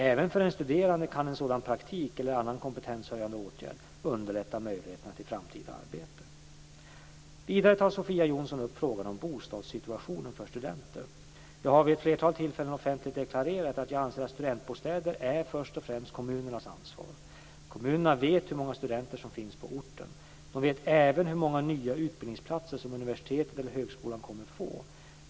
Även för en studerande kan en sådan praktik eller annan kompetenshöjande åtgärd underlätta möjligheten till framtida arbete. Vidare tar Sofia Jonsson upp frågan om bostadssituationen för studenter. Jag har vid ett flertal tillfällen offentligt deklarerat att jag anser att studentbostäder först och främst är kommunernas ansvar. Kommunerna vet hur många studenter som finns på orten. De vet även hur många nya utbildningsplatser som universitetet eller högskolan kommer att få.